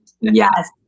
Yes